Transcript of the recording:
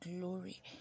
glory